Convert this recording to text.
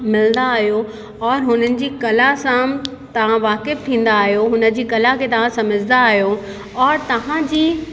मिलंदा आहियो और हुननि जी कला सां तव्हां वाक़ुफ़ु थींदा आहियो हुन जी कला खे तव्हां सम्झंदा आहियो और तव्हां जी